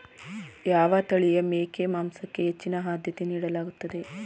ಯಾವ ತಳಿಯ ಮೇಕೆ ಮಾಂಸಕ್ಕೆ ಹೆಚ್ಚಿನ ಆದ್ಯತೆ ನೀಡಲಾಗುತ್ತದೆ?